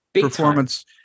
Performance